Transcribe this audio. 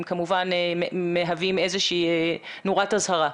כמובן מהווים איזו שהיא נורת אזהרה.